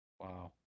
Wow